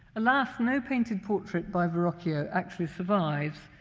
alas, no painted portrait by verrocchio actually survives,